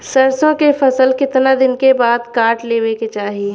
सरसो के फसल कितना दिन के बाद काट लेवे के चाही?